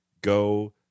go